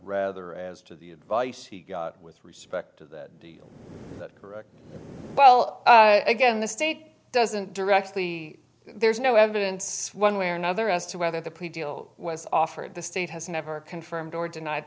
rather as to the advice he got with respect to that correct well again the state doesn't directly there's no evidence one way or another as to whether the plea deal was offered the state has never confirmed or denied